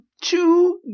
two